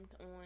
on